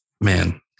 man